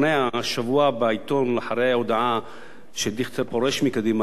אחרי ההודעה שדיכטר פורש מקדימה ועובר לתפקיד השר להגנת העורף,